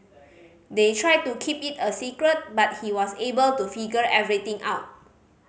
they tried to keep it a secret but he was able to figure everything out